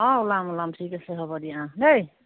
অঁ ওলাম ওলাম ঠিক আছে হ'ব দিয়া অঁ দেই